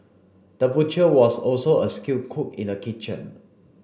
the butcher was also a skilled cook in the kitchen